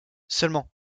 seulement